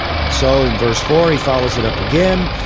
and so in verse four he follows it up again.